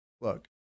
Look